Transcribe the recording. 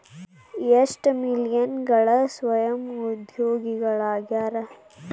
ಎಷ್ಟ ಮಿಲೇನಿಯಲ್ಗಳ ಸ್ವಯಂ ಉದ್ಯೋಗಿಗಳಾಗ್ಯಾರ